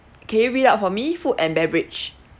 can you read out for me food and beverage